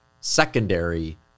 secondary